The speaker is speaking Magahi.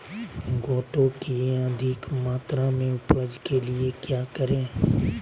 गोटो की अधिक मात्रा में उपज के लिए क्या करें?